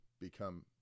become